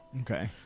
Okay